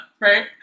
right